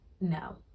no